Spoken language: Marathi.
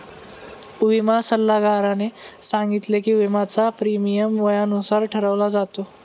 विमा सल्लागाराने सांगितले की, विम्याचा प्रीमियम वयानुसार ठरवला जातो